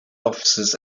offices